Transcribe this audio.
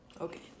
Okay